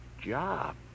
Job